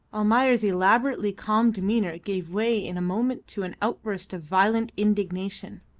almayer's elaborately calm demeanour gave way in a moment to an outburst of violent indignation.